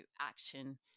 action